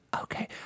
Okay